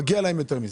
מגיע להם יותר מזה.